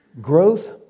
Growth